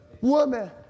woman